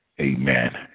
Amen